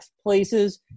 places